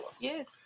Yes